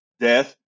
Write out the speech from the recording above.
death